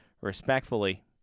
respectfully